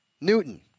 Newton